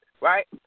right